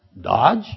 Dodge